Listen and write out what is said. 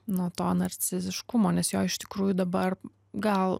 nuo to narciziškumo nes jo iš tikrųjų dabar gal